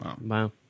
Wow